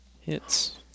hits